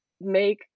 make